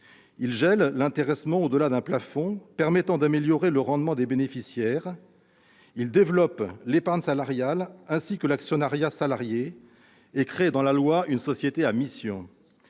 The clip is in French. il gèle l'intéressement au-delà d'un plafond, permettant ainsi d'améliorer son rendement pour les bénéficiaires ; il développe l'épargne salariale, ainsi que l'actionnariat salarié, et donne naissance à la société à mission